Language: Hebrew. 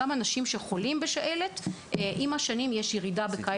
גם אנשים שחולים בשעלת וגם ירידה בהגנה